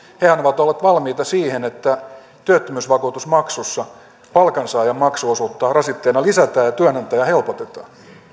he alkavat olla valmiita siihen että työttömyysvakuutusmaksussa palkansaajan maksuosuutta rasitteena lisätään ja työnantajan helpotetaan